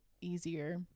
easier